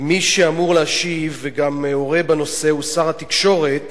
מי שאמור להשיב, וגם מעורה בנושא, הוא שר התקשורת